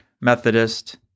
Methodist